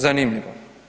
Zanimljivo.